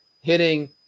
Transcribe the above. hitting